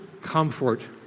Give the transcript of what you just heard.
comfort